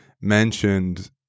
mentioned